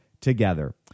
together